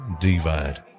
divide